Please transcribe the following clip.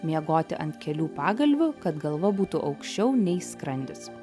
miegoti ant kelių pagalvių kad galva būtų aukščiau nei skrandis